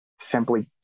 simply